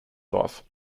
dorf